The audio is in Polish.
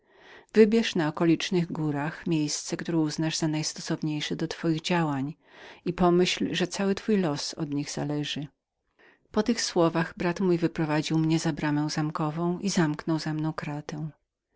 wybierz na okolicznych górach miejsce które uznasz za najstosowniejsze do twoich działań i pomyśl że cały twój los od nich zależy po tych słowach brat mój wyprowadził mnie za bramę zamkową i zamknął za mną kratę